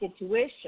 intuition